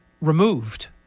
removed